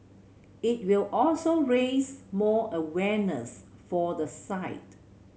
it will also raise more awareness for the site